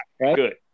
good